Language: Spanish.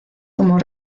como